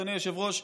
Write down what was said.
אדוני היושב-ראש,